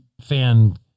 fan